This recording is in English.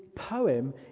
poem